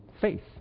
faith